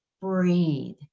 breathe